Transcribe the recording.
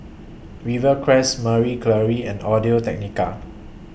Rivercrest Marie Claire and Audio Technica